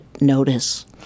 notice